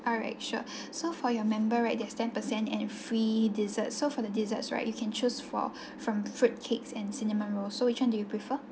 alright sure so for your member right there's ten percent and free dessert so for the desserts right you can choose for from fruitcakes and cinnamon roll so which one do you prefer